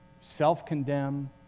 self-condemn